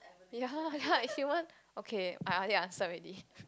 ya ya it's human okay I already answer already